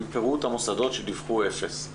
עם פירוט המוסדות שדיווחו אפס.